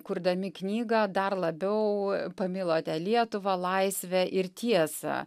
kurdami knygą dar labiau pamilote lietuvą laisvę ir tiesą